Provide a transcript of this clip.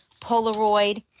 Polaroid